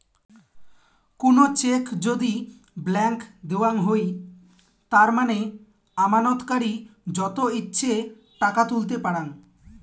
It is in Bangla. কুনো চেক যদি ব্ল্যান্ক দেওয়াঙ হই তার মানে আমানতকারী যত ইচ্ছে টাকা তুলতে পারাং